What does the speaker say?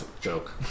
joke